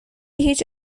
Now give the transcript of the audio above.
هیچ